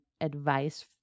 advice